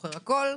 שזוכר הכול,